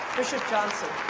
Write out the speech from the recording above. bishop johnson.